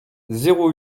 zéro